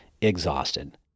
exhausted